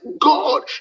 god